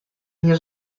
mnie